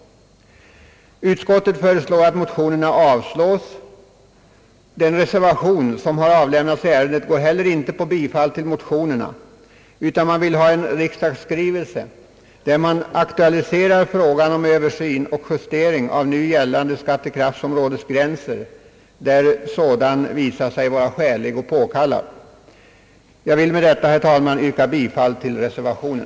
Utskottet föreslår att motionerna avslås. Den reservation som avlämnats i ärendet går inte heller ut på bifall till motionerna, utan man vill ha en riksdagsskrivelse vari aktualiseras frågan om Översyn och justering av nu gällande skattekraftsområdesgränser, där sådan visat sig vara skälig och påkallad. Jag ber med detta, herr talman, att få yrka bifall till reservationen.